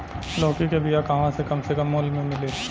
लौकी के बिया कहवा से कम से कम मूल्य मे मिली?